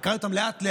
וקראתי אותם לאט-לאט,